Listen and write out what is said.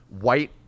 white